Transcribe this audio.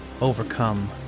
overcome